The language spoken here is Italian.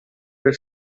del